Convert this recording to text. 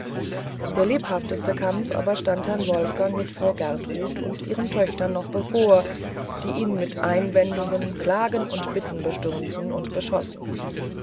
der lebhafteste kampf aber stand herrn wolfgang mit frau gertrud und ihren töchtern noch bevor die ihn mit einwendungen klagen und bitten bestürmten und beschossen